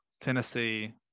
Tennessee